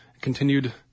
continued